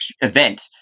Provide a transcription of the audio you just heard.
event